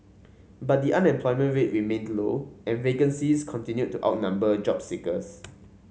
but the unemployment rate remained low and vacancies continued to outnumber job seekers